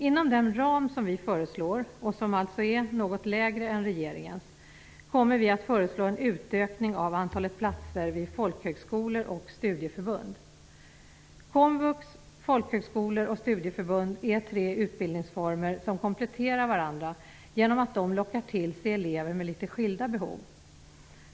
Inom den ram som vi föreslår, som alltså är något mindre än regeringens, kommer vi att föreslå en utökning av antalet platser vid folkhögskolor och studieförbund. Komvux, folkhögskolor och studieförbund är tre utbildningsformer som kompletterar varandra genom att de lockar till sig elever med litet skilda behov.